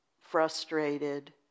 frustrated